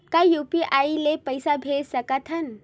का यू.पी.आई ले पईसा भेज सकत हन?